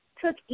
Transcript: took